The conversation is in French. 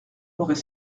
aurait